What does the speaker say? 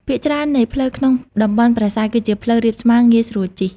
ភាគច្រើននៃផ្លូវក្នុងតំបន់ប្រាសាទ គឺជាផ្លូវរាបស្មើងាយស្រួលជិះ។